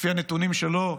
לפי הנתונים שלו,